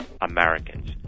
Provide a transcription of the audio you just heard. Americans